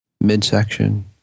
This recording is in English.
midsection